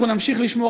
אנחנו נמשיך לשמור,